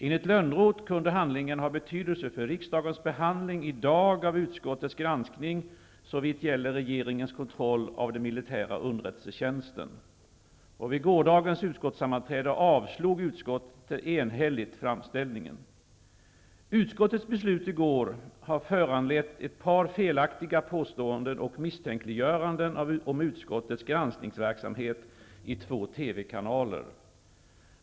Enligt Lönnroth kunde handlingen ha betydelse för riksdagens behandling i dag av utskottets granskning såvitt gäller regeringens kontroll av den militära underrättelsetjänsten. Vid gårdagens utskottssammanträde avslog utskottet enhälligt framställningen. Utskottets beslut i går har föranlett ett par felaktiga påståenden och misstänkliggöranden av utskottets granskningsverksamhet i två TV-kanaler.